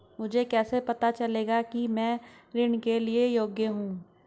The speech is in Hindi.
मुझे कैसे पता चलेगा कि मैं ऋण के लिए योग्य हूँ?